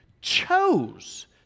chose